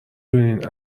دونین